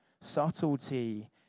Subtlety